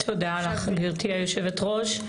תודה לך גברתי יושבת הראש.